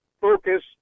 focus